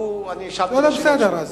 הוא, הוא לא בסדר.